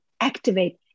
activate